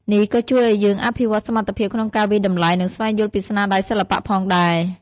នេះក៏ជួយឲ្យយើងអភិវឌ្ឍសមត្ថភាពក្នុងការវាយតម្លៃ និងស្វែងយល់ពីស្នាដៃសិល្បៈផងដែរ។